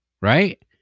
right